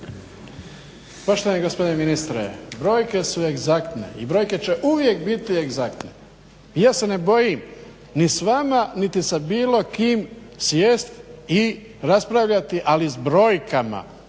Poštovani gospodine ministre brojke su egzaktne i brojke će uvijek biti egzaktne. I ja se ne bojim ni s vama niti sa bilo kim sjesti i raspravljati, ali s brojkama.